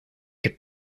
could